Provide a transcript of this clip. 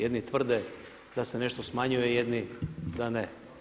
Jedni tvrde da se nešto smanjuje, jedni da ne.